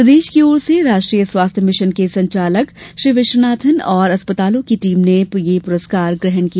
प्रदेश की ओर से राष्ट्रीय स्वास्थ्य मिशन के संचालक विश्वनाथन और अस्पतालों की टीम ने पुरस्कार ग्रहण किया